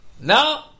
No